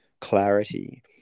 clarity